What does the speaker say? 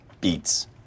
Beats